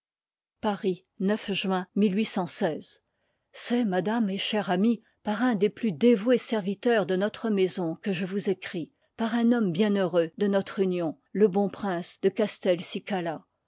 paris juin liy i c'est madame et chère amie par un des plus dévoues serviteurs de notre maison que je tous écris par un homme i bien heureux de notre union le bon prince de